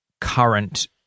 current